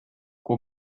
kui